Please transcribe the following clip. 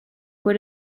bod